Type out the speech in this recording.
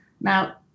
Now